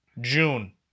June